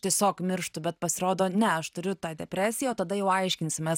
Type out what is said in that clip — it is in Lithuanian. tiesiog mirštu bet pasirodo ne aš turiu tą depresiją o tada jau aiškinsimės